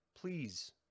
Please